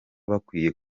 bakwiye